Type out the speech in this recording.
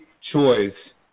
choice